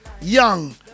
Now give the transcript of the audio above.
Young